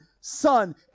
son